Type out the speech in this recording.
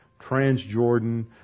Transjordan